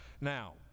Now